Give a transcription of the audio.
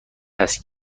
هست